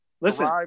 Listen